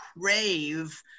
crave